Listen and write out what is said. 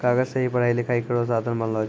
कागज सें ही पढ़ाई लिखाई केरो साधन बनलो छै